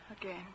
again